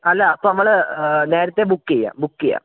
അല്ലാ അപ്പം നമ്മൾ നേരത്തെ ബുക്ക് ചെയ്യാം ബുക്ക് ചെയ്യാം